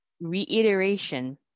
reiteration